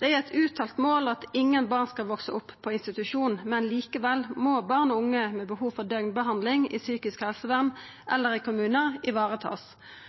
Det er eit uttalt mål at ingen barn skal veksa opp på ein institusjon, men likevel må barn og unge med behov for døgnbehandling i psykisk helsevern